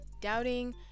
doubting